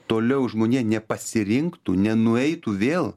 toliau žmonija nepasirinktų nenueitų vėl